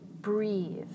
breathe